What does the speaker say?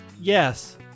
Yes